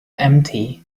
empty